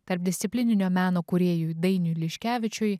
tarpdisciplininio meno kūrėjui dainiui liškevičiui